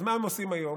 אז מה הם עושים היום?